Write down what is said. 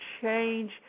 change